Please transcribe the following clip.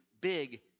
big